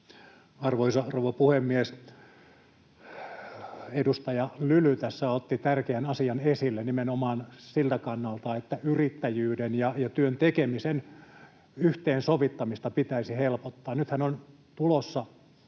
Arvoisa rouva puhemies! Edustaja Lyly tässä otti tärkeän asian esille nimenomaan siltä kannalta, että yrittäjyyden ja työn tekemisen yhteensovittamista pitäisi helpottaa.